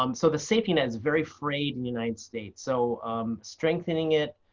um so the safety net is very frayed in the united states. so strengthening it,